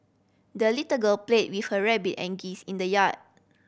the little girl played with her rabbit and geese in the yard